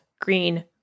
green